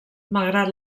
malgrat